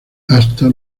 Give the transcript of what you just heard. hasta